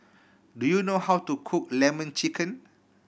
do you know how to cook Lemon Chicken